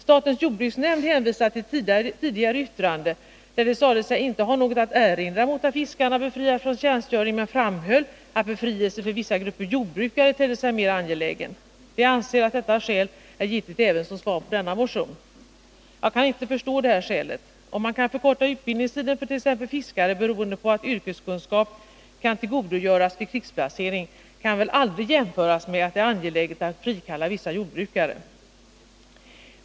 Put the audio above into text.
Statens jordbruksnämnd hänvisar till ett tidigare yttrande, där den sade att den inte hade något att erinra mot att fiskare befrias från tjänstgöring men framhöll att befrielse för vissa grupper jordbrukare tedde sig mer angelägen. Nämnden anser att detta skäl är giltigt även som svar på denna motion. Jag kan inte förstå detta skäl. Om man kan förkorta utbildningstiden för t.ex. fiskare beroende på att yrkeskunskap kan tillgodogöras vid krigsplacering kan det väl aldrig jämföras med att det är angeläget att frikalla vissa lantbrukare?!